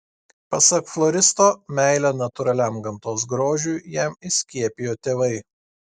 pasak floristo meilę natūraliam gamtos grožiui jam įskiepijo tėvai